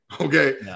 okay